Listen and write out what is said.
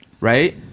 right